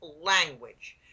language